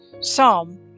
Psalm